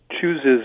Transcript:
chooses